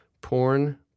Porn